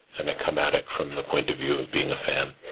and i come at it from the point of view of being a fan.